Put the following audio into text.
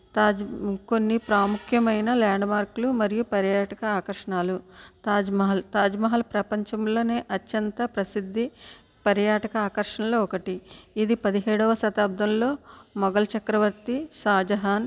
తాజ్ కొన్ని ప్రాముఖ్యమైన ల్యాండ్ మార్కులు మరియు పర్యాటక ఆకర్షణలు తాజ్మహల్ తాజ్మహల్ ప్రపంచంలోనే అత్యంత ప్రసిద్ధి పర్యాటక ఆకర్షణలో ఒకటి ఇది పదిహేడవ శతాబ్ధంలో మొఘల్ చక్రవర్తి షాజహాన్